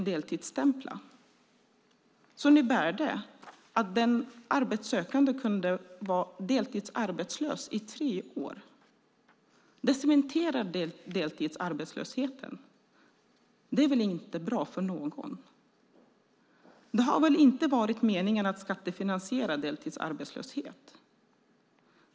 Det innebar att den arbetssökande kunde vara deltidsarbetslös i tre år. Det cementerade deltidsarbetslösheten. Det är väl inte bra för någon? Det har väl inte varit meningen att skattefinansiera deltidsarbetslöshet?